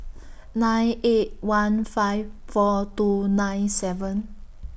nine eight one five four two nine seven